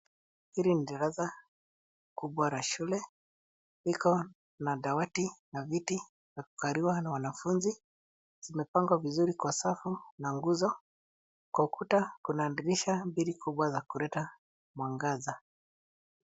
Hili ni darasa kubwa la shule, liko na dawati na viti vya kukaliwa na wanafunzi, zimepangwa vizuri kwa safu na nguzo. Kwa ukuta kuna dirisha mbili kubwa za kuleta mwangaza.